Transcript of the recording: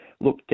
look